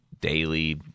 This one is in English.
daily